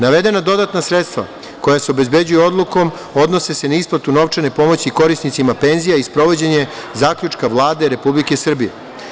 Navedena dodatna sredstva koja se obezbeđuju odlukom, odnose se na isplatu novčane pomoći korisnicima penzija i sprovođenje Zaključka Vlade Republike Srbije.